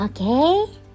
okay